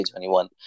2021